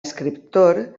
escriptor